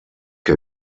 que